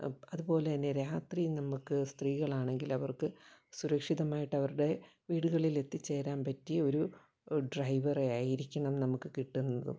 അതുപോലെ തന്നെ രാത്രി നമുക്ക് സ്ത്രീകളാണെങ്കിൽ അവർക്ക് സുരക്ഷിതമായിട്ട് അവരുടെ വീടുകളിലെത്തി ചേരാൻ പറ്റിയ ഒരു ഡ്രൈവറെ ആയിരിക്കണം നമുക്ക് കിട്ടുന്നതും